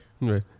Right